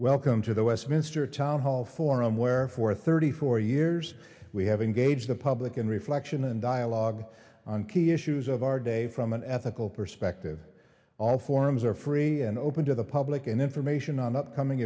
welcome to the westminster town hall forum where for thirty four years we have engaged the public in reflection and dialogue on key issues of our day from an ethical perspective all forms are free and open to the public and information on upcoming